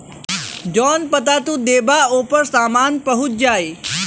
जौन पता तू देबा ओपर सामान पहुंच जाई